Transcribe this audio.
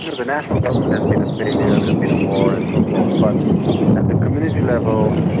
you know the national government has been a failure, there has been a war and so forth, but at the community level,